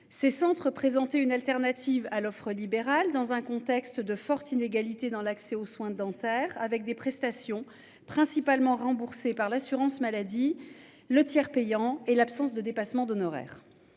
Ces centres présenter une alternative à l'offre libérale dans un contexte de fortes inégalités dans l'accès aux soins dentaires, avec des prestations principalement remboursé par l'assurance maladie. Le tiers payant et l'absence de dépassement d'honoraires